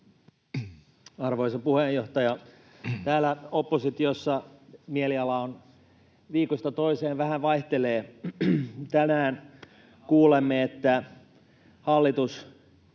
Arvoisa puheenjohtaja! Täällä oppositiossa mieliala viikosta toiseen vähän vaihtelee. Tänään kuulemme, että hallitus